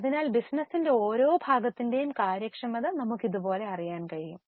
അതിനാൽ ബിസിനസിന്റെ ഓരോ ഭാഗത്തിന്റെയും കാര്യക്ഷമത നമുക്ക് അറിയാൻ കഴിയും